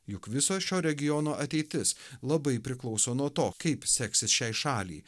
juk viso šio regiono ateitis labai priklauso nuo to kaip seksis šiai šaliai